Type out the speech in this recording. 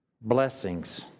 Blessings